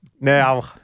Now